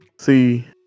See